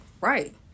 right